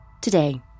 Today